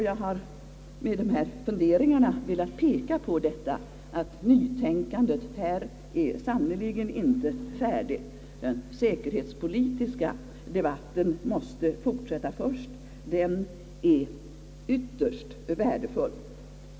Jag har med dessa funderingar velat peka på att nytänkandet i detta avseende sannerligen inte är färdigt — den säkerhetspolitiska debatten måste först fortsätta. Den är ytterst värdefull.